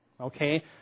Okay